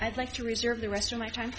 i'd like to reserve the rest of my time